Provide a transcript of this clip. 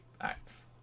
acts